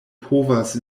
povas